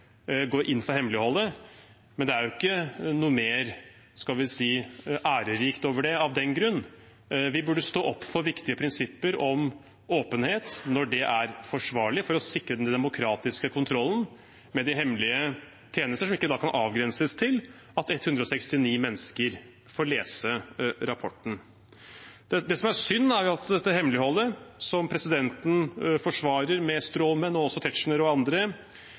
inn for å hemmeligholde. Men det er ikke noe mer – skal vi si – ærerikt over det av den grunn. Vi burde stå opp for viktige prinsipper om åpenhet, når det er forsvarlig, for å sikre den demokratiske kontrollen med de hemmelige tjenester, som ikke kan avgrenses til at 169 mennesker får lese rapporten. Det som er synd, er at dette hemmeligholdet, som presidenten, Tetzschner og andre forsvarer med stråmenn,